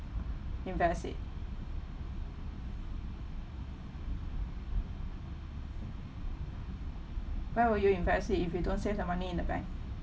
invest it where will you invest it if you don't save the money in the bank